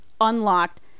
unlocked